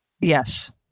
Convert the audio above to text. Yes